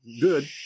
good